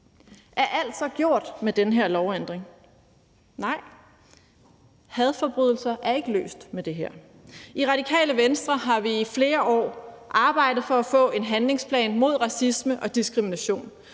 Er alt så gjort med den her lovændring? Nej, hadforbrydelser er ikke væk med det her. I Radikale Venstre har vi i flere år arbejdet for at få en handlingsplan mod racisme og diskrimination.